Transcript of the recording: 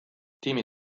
tiimi